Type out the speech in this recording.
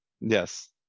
Yes